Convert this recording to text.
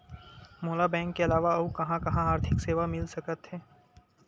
मोला बैंक के अलावा आऊ कहां कहा आर्थिक सेवा मिल सकथे?